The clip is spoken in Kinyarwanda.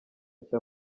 nshya